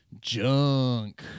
Junk